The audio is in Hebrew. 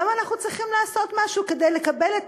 למה אנחנו צריכים לעשות משהו כדי לקבל את